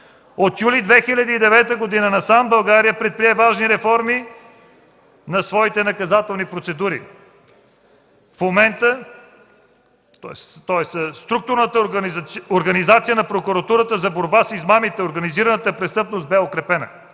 „От юли 2009 г. насам България предприе важни реформи в своите наказателни процедури. Структурната организация на Прокуратурата за борба с измамите и организираната престъпност бе укрепена.